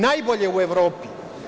Najbolje u Evropi.